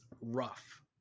rough